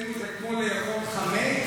אצלנו זה כמו לאכול חמץ?